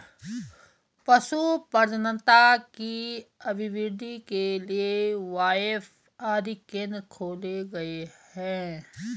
पशु प्रजननता की अभिवृद्धि के लिए बाएफ आदि केंद्र खोले गए हैं